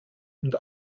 und